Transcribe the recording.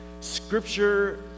Scripture